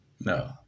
No